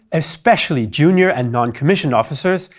especially junior and non-commissioned officers,